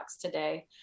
today